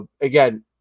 Again